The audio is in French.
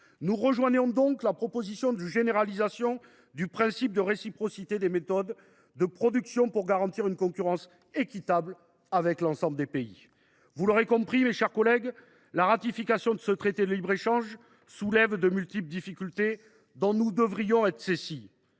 nous joignons donc à la proposition de généralisation du principe de réciprocité des méthodes de production, pour garantir une concurrence équitable avec les pays tiers. Vous l’aurez compris, mes chers collègues, la ratification de ce traité de libre échange soulève de multiples difficultés dont nous devrions être saisis.